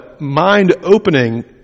mind-opening